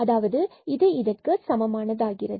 அதாவது ∂f∂y y λக்கு சமமாகும்